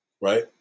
right